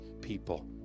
people